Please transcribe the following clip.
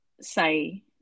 say